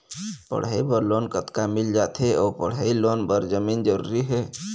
पढ़ई बर लोन कतका मिल जाथे अऊ पढ़ई लोन बर जमीन जरूरी हे?